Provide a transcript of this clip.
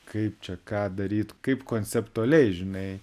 kaip čia ką daryt kaip konceptualiai žinai